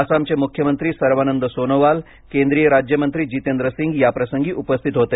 आसामचे मुख्यमंत्री सर्वानंद सोनोवाल केंद्रीय राज्यमंत्री जितेंद्र सिंग याप्रसंगी उपस्थित होते